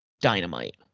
Dynamite